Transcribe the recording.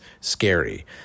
scary